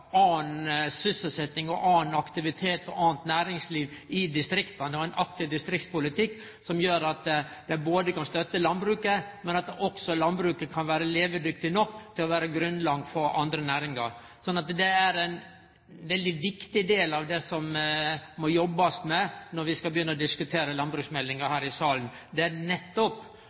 anna sysselsetjing og annan aktivitet og anna næringsliv i distrikta og ein aktiv distriktspolitikk som gjer at ein kan støtte landbruket, men også på at landbruket kan vere levedyktig nok til å vere grunnlag for andre næringar. Det er ein veldig viktig del av det det blir jobba med når vi skal begynne å diskutere landbruksmeldinga her i salen,